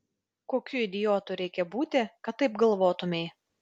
kokiu idiotu reikia būti kad taip galvotumei